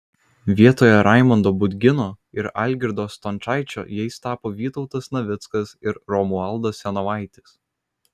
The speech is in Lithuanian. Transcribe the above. vietoje raimondo budgino ir algirdo stončaičio jais tapo vytautas navickas ir romualdas senovaitis